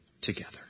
together